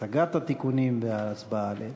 הצגת התיקונים והצבעה עליהם.